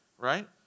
right